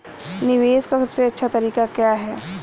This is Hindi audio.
निवेश का सबसे अच्छा तरीका क्या है?